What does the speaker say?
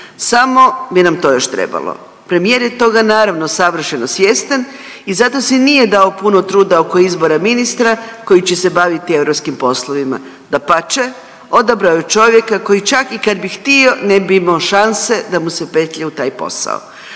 Samo bi nam to još trebalo. Premijer je toga, naravno, savršeno svjestan i zato si nije dao puno truda oko izbora ministra koji će se baviti europskim poslovima. Dapače, odabrao je čovjeka koji čak i kad bi htio ne bi imao šanse da mu se petlja u taj posao.